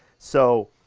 so,